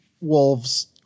wolves